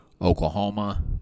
oklahoma